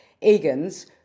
Egan's